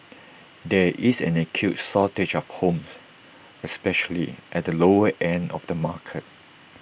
there is an acute shortage of homes especially at the lower end of the market